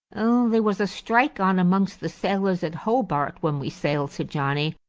there was a strike on amongst the sailors at hobart, when we sailed, said johnnie.